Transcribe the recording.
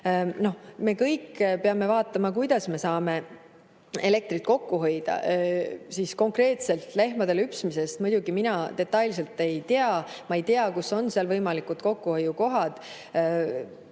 Me kõik peame vaatama, kuidas me saame elektrit kokku hoida. Konkreetselt lehmade lüpsmise kohta mina muidugi detaile ei tea. Ma ei tea, kus on seal võimalikud kokkuhoiukohad.